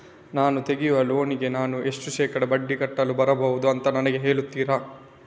ನಾನು ತೆಗಿಯುವ ಲೋನಿಗೆ ನಾನು ಎಷ್ಟು ಶೇಕಡಾ ಬಡ್ಡಿ ಕಟ್ಟಲು ಬರ್ಬಹುದು ಅಂತ ನನಗೆ ಹೇಳ್ತೀರಾ?